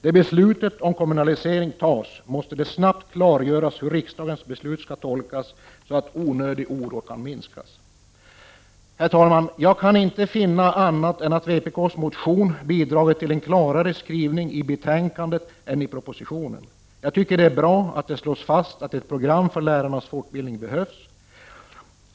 När beslutet om kommunalisering fattas måste det snabbt klargöras hur riksdagens beslut skall tolkas, så att onödig oro kan minskas. Herr talman! Jag kan inte finna annat än att vpk:s motion har bidragit till att skrivningen i betänkandet är klarare än den i propositionen. Jag tycker att det är bra att det slås fast att ett program för lärarnas fortbildning behövs.